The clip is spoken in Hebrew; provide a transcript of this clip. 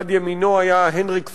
יד ימינו היה הנדריק פרוורד,